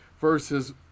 versus